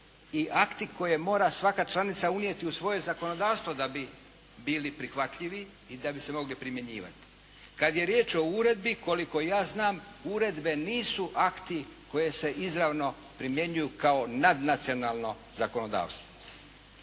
i akti koje mora svaka članica unijeti u svoje zakonodavstvo da bi bili prihvatljivi i da bi se mogli primjenjivati. Kada je riječ o uredbi koliko ja znam uredbe nisu akti koji se izravno primjenjuju kao nadnacionalno zakonodavstvo.